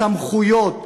הסמכויות,